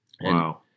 Wow